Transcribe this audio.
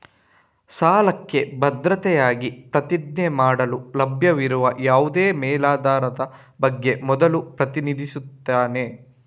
ಸಾಲಕ್ಕೆ ಭದ್ರತೆಯಾಗಿ ಪ್ರತಿಜ್ಞೆ ಮಾಡಲು ಲಭ್ಯವಿರುವ ಯಾವುದೇ ಮೇಲಾಧಾರದ ಬಗ್ಗೆ ಮೊದಲು ಪ್ರತಿನಿಧಿಸುತ್ತಾನೆ